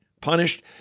punished